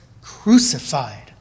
crucified